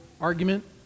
argument